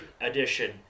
edition